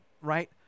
right